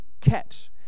catch